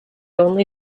only